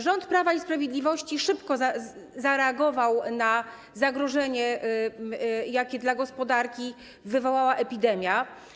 Rząd Prawa i Sprawiedliwości szybko zareagował na zagrożenie, jakie dla gospodarki wywołała epidemia.